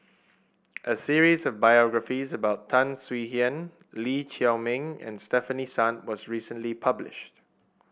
a series of biographies about Tan Swie Hian Lee Chiaw Meng and Stefanie Sun was recently published